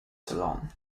salon